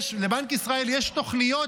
לבנק ישראל יש תוכניות,